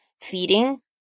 feeding